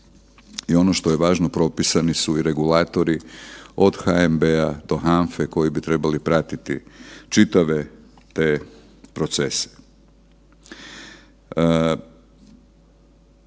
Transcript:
i ono što je važno, propisani su i regulatori od HNB-a do HANFA-e koji bi trebali pratiti čitave te procese.